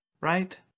right